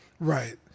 right